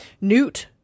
Newt